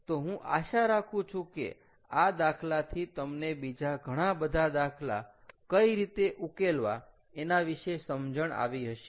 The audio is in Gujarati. તો હું આશા રાખું છું કે આ દાખલાથી તમને બીજા ઘણા બધા દાખલા કઈ રીતે ઉકેલવા એના વિશે સમજણ આવી હશે